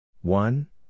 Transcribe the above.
One